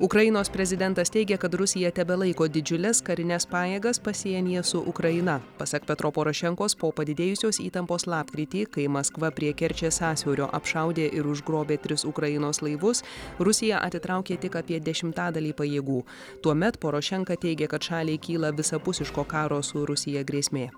ukrainos prezidentas teigia kad rusija tebelaiko didžiules karines pajėgas pasienyje su ukraina pasak petro porošenkos po padidėjusios įtampos lapkritį kai maskva prie kerčės sąsiaurio apšaudė ir užgrobė tris ukrainos laivus rusija atitraukė tik apie dešimtadalį pajėgų tuomet porošenka teigė kad šaliai kyla visapusiško karo su rusija grėsmė